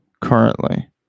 currently